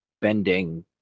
bending